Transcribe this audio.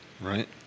Right